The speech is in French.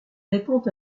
répond